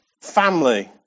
Family